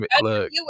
look